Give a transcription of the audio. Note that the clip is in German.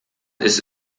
ist